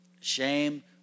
shame